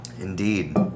Indeed